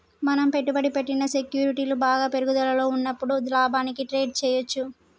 మనం పెట్టుబడి పెట్టిన సెక్యూరిటీలు బాగా పెరుగుదలలో ఉన్నప్పుడు లాభానికి ట్రేడ్ చేయ్యచ్చు